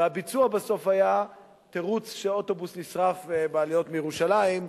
ובסוף הביצוע היה תירוץ שאוטובוס נשרף בעליות לירושלים,